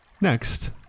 next